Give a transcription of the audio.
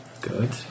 Good